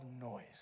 noise